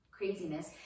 Craziness